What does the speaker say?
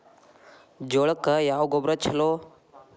ಜೋಳಕ್ಕ ಯಾವ ಗೊಬ್ಬರ ಛಲೋ?